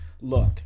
look